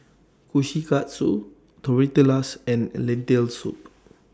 Kushikatsu Tortillas and Lentil Soup